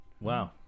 Wow